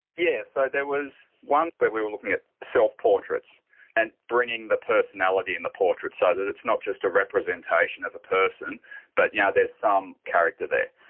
yes, so there was one when we were looking at self-portraits and bringing the personality in the portrait, so that it's not just a representation of a person but that yeah there's some character there.